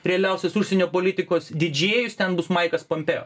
realiausias užsienio politikos didžėjus ten bus maikas pompeo